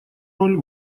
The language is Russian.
роль